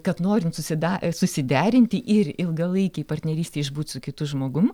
kad norint susida susiderinti ir ilgalaikėj partnerystėj išbūt su kitu žmogum